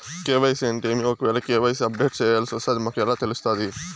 KYC అంటే ఏమి? ఒకవేల కె.వై.సి అప్డేట్ చేయాల్సొస్తే అది మాకు ఎలా తెలుస్తాది?